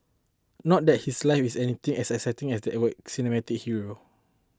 not that his life is anything as exciting as that were cinematic hero